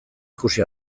ikusi